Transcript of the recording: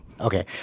Okay